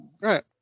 Right